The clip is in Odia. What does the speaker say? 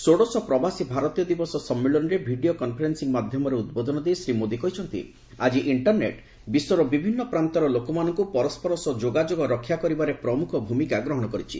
ଷୋଡ଼ଶ ପ୍ରବାସୀ ଭାରତୀୟ ଦିବସ ସମ୍ମିଳନୀରେ ଭିଡ଼ିଓ କନ୍ଫରେନ୍ସିଂ ମାଧ୍ୟମରେ ଉଦ୍ବୋଧନ ଦେଇ ଶ୍ରୀ ମୋଦି କହିଛନ୍ତି ଆଜି ଇଣ୍ଟର୍ନେଟ୍ ବିଶ୍ୱର ବିଭିନ୍ନ ପ୍ରାନ୍ତର ଲୋକମାନଙ୍କୁ ପରସ୍କର ସହ ଯୋଗାଯୋଗ ରକ୍ଷା କରିବାରେ ପ୍ରମୁଖ ଭୂମିକା ଗ୍ରହଣ କରିଛି